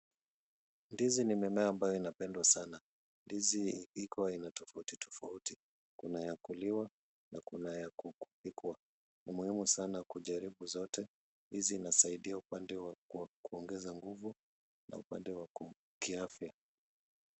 Ndizi ni mimea ambayo inapendwa sana. Ndizi iko aina tofautitofauti. Kuna ya kuliwa na kuna ya kupikwa. Ni muhimu sana kujaribu zote. Ndizi inasaidia upande wa kuongeza nguvu na upande wa kiafya.